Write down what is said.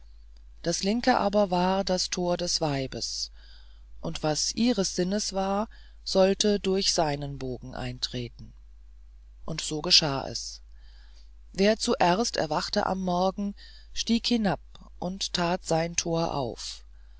das linke aber war das tor des weibes und was ihres sinnes war sollte durch seinen bogen eintreten so geschah es wer zuerst erwachte am morgen stieg hinab und tat sein tor auf